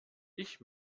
ich